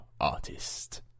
artist